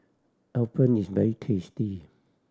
appam is very tasty